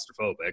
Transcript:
claustrophobic